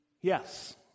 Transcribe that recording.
Yes